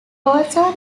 also